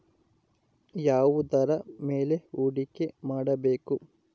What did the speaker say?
ಯಾವುದರ ಮೇಲೆ ಹೂಡಿಕೆ ಮಾಡಬೇಕು?